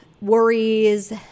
worries